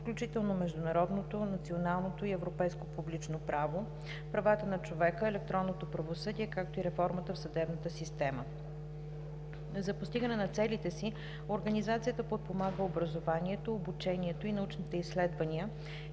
включително международното, националното и европейското публично право, правата на човека, електронното правосъдие, както и реформата в съдебната система. За постигане на целите си организацията подпомага образованието, обучението и научните изследвания